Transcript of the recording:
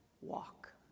walk